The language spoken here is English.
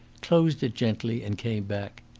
closed it gently, and came back.